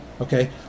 okay